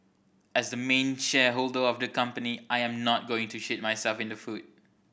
as the main shareholder of the company I am not going to shoot myself in the foot